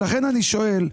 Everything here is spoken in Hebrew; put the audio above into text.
לכן אני שואל.